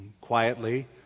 quietly